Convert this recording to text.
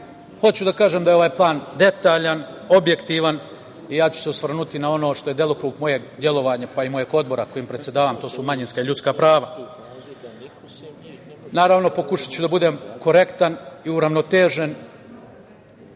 hoću da kažem da je ovaj plan detaljan, objektivan i ja ću se osvrnuti na ono što je delokrug mog delovanja, pa i mog odbora kojim predsedavam, a to su manjinska i ljudska prava. Naravno, pokušaću da budem korektan i uravnotežen,